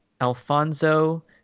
alfonso